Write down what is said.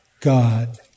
God